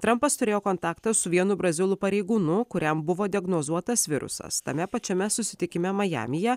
trampas turėjo kontaktą su vienu brazilų pareigūnu kuriam buvo diagnozuotas virusas tame pačiame susitikime majamyje